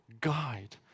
guide